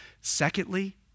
Secondly